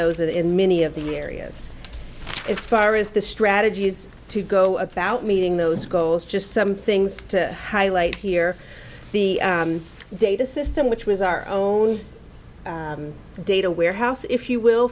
those in many of the areas as far as the strategies to go about meeting those goals just some things to highlight here the data system which was our own data warehouse if you will